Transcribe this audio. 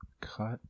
Cut